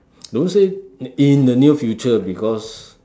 don't say in the near future because